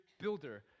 builder